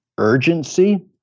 urgency